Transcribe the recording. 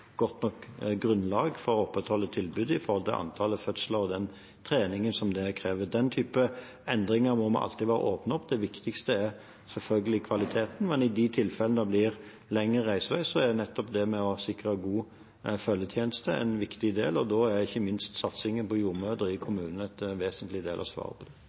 godt nok grunnlag for å opprettholde tilbudet med hensyn til antallet fødsler og den treningen som kreves. Den type endringer må vi alltid være åpne for. Det viktigste er selvfølgelig kvaliteten, men i de tilfellene det blir lengre reisevei, er nettopp det å sikre god følgetjeneste en viktig del, og da er ikke minst satsingen på jordmødre i kommunene en vesentlig del av svaret på det.